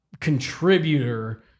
contributor